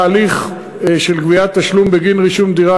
ההליך של גביית תשלום בגין רישום דירה